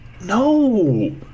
no